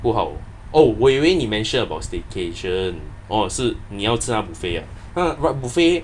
不好 oh 我以为你 mention about staycation orh 是你要吃他的 buffet uh 他 buffet